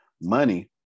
money